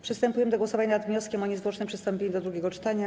Przystępujemy do głosowania nad wnioskiem o niezwłoczne przystąpienie do drugiego czytania.